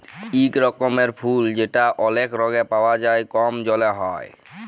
ইক রকমের ফুল যেট অলেক রঙে পাউয়া যায় কম জলে হ্যয়